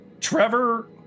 Trevor